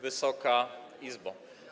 Wysoka Izbo!